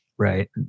Right